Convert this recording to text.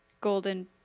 Golden